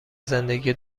زندگی